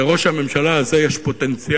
לראש הממשלה הזה יש פוטנציאל.